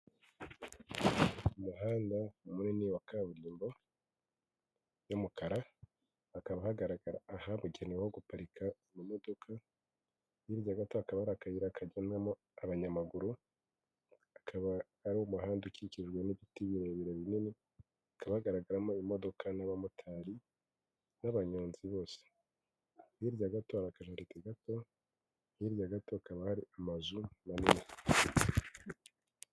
Umuhanda munini wa kaburimbo y'umukara hakaba hagaragara ahabugenewe guparika amamodoka, hirya gato hatakaba ari akayira kajyandamo abanyamaguru, akaba ari umuhanda ukikijwe n'ibiti birebire binini, hakaba hagaragaramo imodoka n'abamotari n'abanyonzi bose, hirya gato hari akajaride gato hirya gato hakaba hari amazu manini.